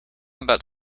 about